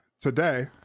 today